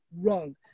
wrong